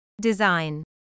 Design